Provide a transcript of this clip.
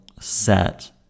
set